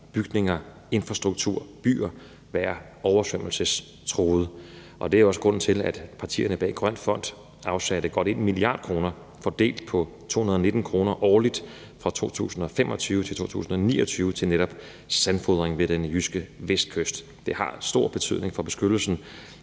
bygninger, infrastruktur og byer være oversvømmelsestruede, og det er også grunden til, at partierne bag Grøn Fond afsatte godt 1 mia. kr. fordelt på 219 mio. kr. årligt fra 2025 til 2029 til netop sandfodring ved den jyske vestkyst. Det har stor betydning for beskyttelsen